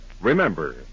remember